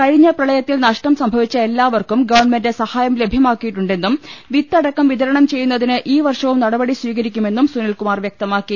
കഴിഞ്ഞ പ്രളയത്തിൽ നഷ്ടം സംഭ വിച്ച എല്ലാവർക്കും ഗവൺമെന്റ് സഹായം ലഭൃമാക്കിയിട്ടുണ്ടെന്നും വിത്ത ടക്കം വിതരണം ചെയ്യുന്നതിന് ഈ വർഷവും നടപടി സ്വീകരിക്കുമെന്നും സുനിൽകുമാർ വ്യക്തമാക്കി